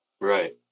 Right